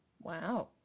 Wow